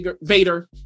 Vader